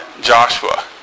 Joshua